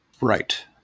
Right